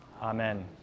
Amen